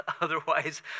Otherwise